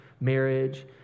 marriage